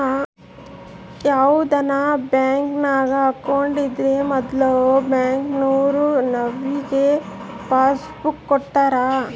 ಯಾವುದನ ಬ್ಯಾಂಕಿನಾಗ ಅಕೌಂಟ್ ಇದ್ರೂ ಮೊದ್ಲು ಬ್ಯಾಂಕಿನೋರು ನಮಿಗೆ ಪಾಸ್ಬುಕ್ ಕೊಡ್ತಾರ